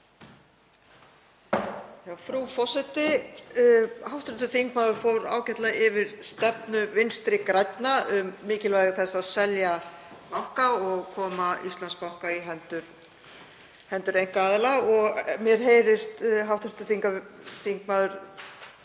Frú forseti. Hv. þingmaður fór ágætlega yfir stefnu Vinstri grænna um mikilvægi þess að selja banka og koma Íslandsbanka í hendur einkaaðila og mér heyrist hv. þingmaður